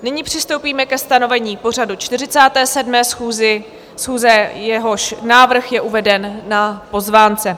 Nyní přistoupíme ke stanovení pořadu 47. schůze, jehož návrh je uveden na pozvánce.